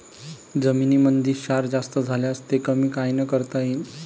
जमीनीमंदी क्षार जास्त झाल्यास ते कमी कायनं करता येईन?